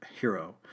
hero